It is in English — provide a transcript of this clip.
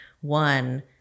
one